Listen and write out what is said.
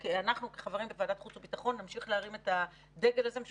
אנחנו כחברים בוועדת החוץ והביטחון נמשיך להרים את הדגל הזה משום